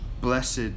blessed